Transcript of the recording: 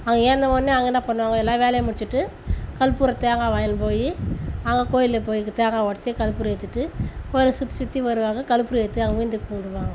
அங்கே எழுந்த உடனே அங்கே என்ன பண்ணுவாங்க எல்லா வேலையை முடிச்சுட்டு கற்பூரம் தேங்காய் வாங்கின்னு போய் அவங்க கோயிலில் போய் தேங்காய் உடச்சி கற்பூரம் ஏற்றிட்டு கோயிலை சுற்றிச் சுற்றி வருவாங்க கற்பூரம் ஏற்றி அங்கே விழுந்து கும்பிடுவாங்கோ